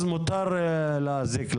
אז מותר להזיק לאנשים.